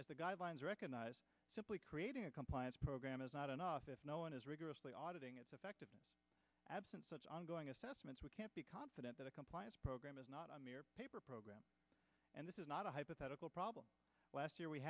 as the guidelines recognize simply creating a compliance program is not enough if no one is rigorously auditing is effective absent such ongoing assessments we can't be confident that a compliance program is not a paper program and this is not a hypothetical problem last year we